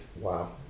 Wow